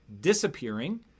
disappearing